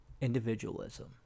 individualism